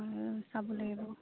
চাব লাগিব